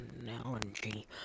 analogy